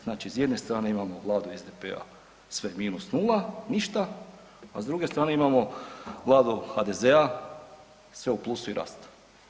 Znači s jedne strane imamo Vladu SDP-a, sve minus, nula, ništa, a s druge strane imamo Vladu HDZ-a, sve u plusu i raste.